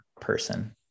person